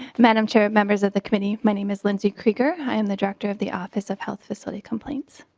madam chair members of the committee many miss lindsay creek or i'm the director of the office of health facility complaints.